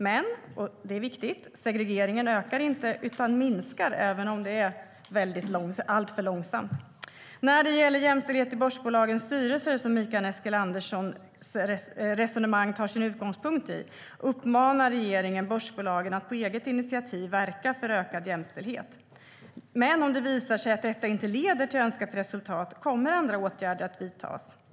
Men - och det är viktigt - segregeringen ökar inte, utan minskar, om än alltför långsamt. När det gäller jämställdhet i börsbolagens styrelser, som Mikael Eskilanderssons resonemang tar sin utgångspunkt i, uppmanar regeringen börsbolagen att på eget initiativ verka för ökad jämställdhet. Men om det visar sig att detta inte leder till önskat resultat kommer andra åtgärder att vidtas.